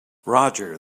roger